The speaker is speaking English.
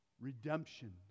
redemption